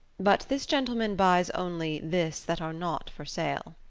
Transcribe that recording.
but this gentleman buys only this that are not for sale.